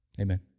Amen